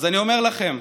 אז אני אומר לכם,